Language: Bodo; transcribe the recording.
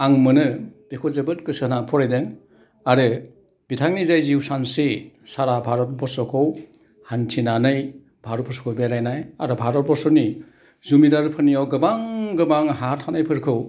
आं मोनो बेखौ जोबोद गोसो होना फरायदों आरो बिथांनि जाय जिउ सानस्रि सारा भारतबर्षखौ हान्थिनानै भारतबर्षखौ बेरायनाय आरो भारतबर्षनि जुमिदारफोरनियाव गोबां गोबां हा थानायफोरखौ